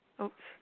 Oops